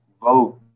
vote